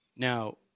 Now